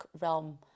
realm